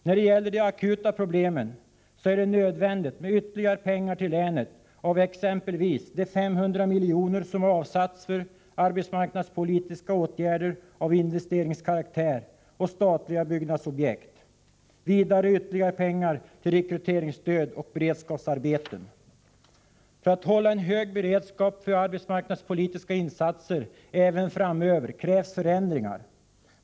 När det gäller de akuta problemen är det növändigt med ytterligare pengar till länet av exempelvis de 500 miljoner som avsatts för arbetsmarknadspolitiska åtgärder av investeringskaraktär och statliga byggnadsprojekt. Vidare krävs ytterligare pengar till rekryteringsstöd och beredskapsarbeten. För att hålla hög beredskap för arbetsmarknadspolitiska insatser även framöver krävs förändringar.